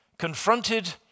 Confronted